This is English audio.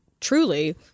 truly